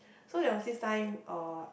so there were since time uh